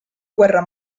guerra